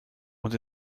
und